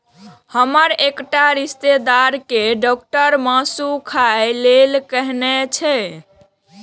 हमर एकटा रिश्तेदार कें डॉक्टर मासु खाय लेल कहने छै